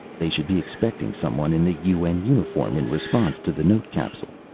they should be expecting someone in the un uniform, in response to the note capsule.